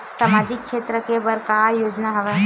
सामाजिक क्षेत्र के बर का का योजना हवय?